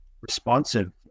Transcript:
responsive